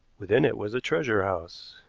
within it was a treasure house.